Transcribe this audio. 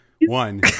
one